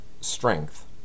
strength